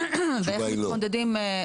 ואיך מתמודדים.